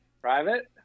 private